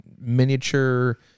miniature